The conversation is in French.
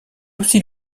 aussi